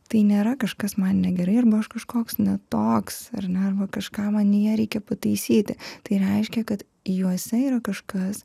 tai nėra kažkas man negerai arba aš kažkoks ne toks ir ar ne kažką manyje reikia pataisyti tai reiškia kad juose yra kažkas